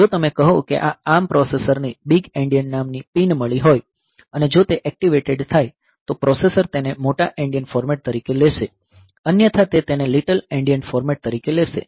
જો તમે કહો કે આ ARM પ્રોસેસરને બિગ એન્ડિયન નામની પિન મળી હોય અને જો તે એક્ટિવેટેડ થાય તો પ્રોસેસર તેને મોટા એન્ડિયન ફોર્મેટ તરીકે લેશે અન્યથા તે તેને લિટલ એન્ડિયન ફોર્મેટ તરીકે લેશે